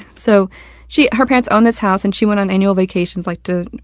so she her parents owned this house and she went on annual vacations, like to,